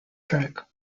track